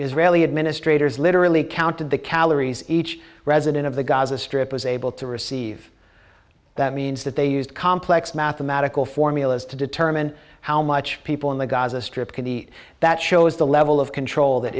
israeli administrators literally counted the calories each resident of the gaza strip was able to receive that means that they used complex mathematical formulas to determine how much people in the gaza strip can eat that shows the level of control that